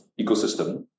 ecosystem